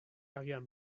agian